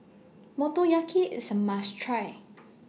Motoyaki IS A must Try